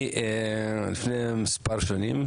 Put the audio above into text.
לפני מספר שנים